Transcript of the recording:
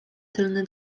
tylne